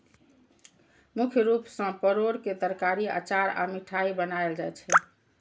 मुख्य रूप सं परोर के तरकारी, अचार आ मिठाइ बनायल जाइ छै